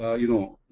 ah you know,